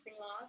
laws